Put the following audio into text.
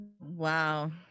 Wow